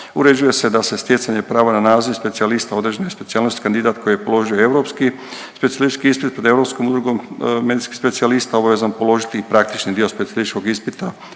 Uređuje se da se stjecanje prava na naziv specijalista određene specijalnosti kandidat koji je položio Europski specijalistički ispit pred Europskom udrugom medicinskih specijalista obavezan položiti i praktični dio specijalističkog ispita